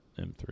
M3